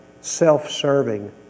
Self-serving